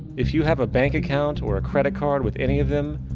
if you have a bank account or credit card with any of them,